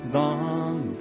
long